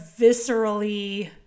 viscerally